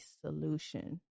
solution